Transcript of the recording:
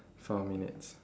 four minutes